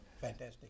Fantastic